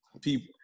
People